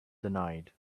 denied